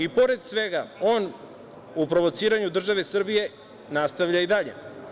I pored svega, on u provociranju države Srbije nastavlja i dalje.